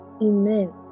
Amen